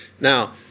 Now